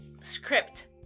script